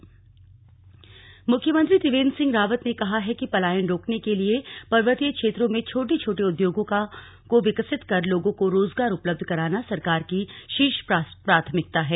प्राथमिकता मुख्यमंत्री त्रिवेन्द्र सिंह रावत ने कहा है कि पलायन रोकने के लिए पर्वतीय क्षेत्रों में छोटे छोटे उद्योगों को विकसित कर लोगों को रोजगार उपलब्ध कराना सरकार की शीर्ष प्राथमिकता है